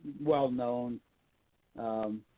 well-known